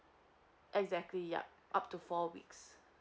exactly yup up to four weeks